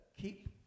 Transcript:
keep